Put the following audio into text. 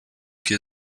que